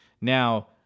Now